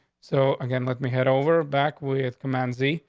so again, let me head over back with command z.